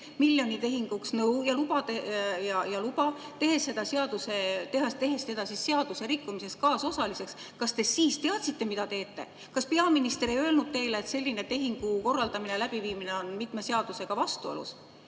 miljonitehinguks nõu ja luba, tehes tema seaduserikkumises kaasosaliseks, kas te siis teadsite, mida teete? Kas peaminister ei öelnud teile, et selline tehingu korraldamine ja läbiviimine on mitme seadusega vastuolus?